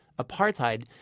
apartheid